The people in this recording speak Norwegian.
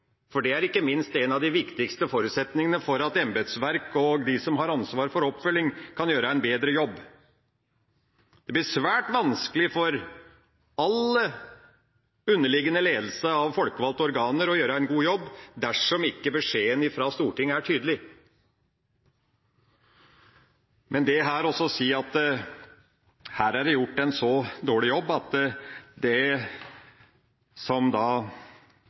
for det er ikke minst en av de viktigste forutsetningene for at embetsverket og de som har ansvaret for oppfølging, kan gjøre en bedre jobb. Det blir svært vanskelig for all underliggende ledelse av folkevalgte organer å gjøre en god jobb dersom ikke beskjeden fra Stortinget er tydelig. Men å si at det her er gjort en så dårlig jobb at den forventningen som